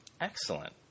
Excellent